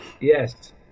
Yes